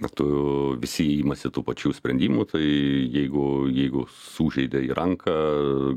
na tu visi imasi tų pačių sprendimų tai jeigu jeigu sužeidei ranką